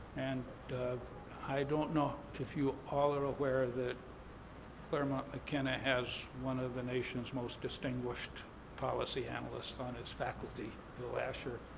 and i don't know if you all are aware that claremont mckenna has one of the nation's most distinguished policy analysts on its faculty, bill ascher.